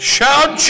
Shout